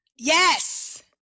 Yes